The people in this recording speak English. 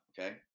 Okay